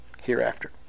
hereafter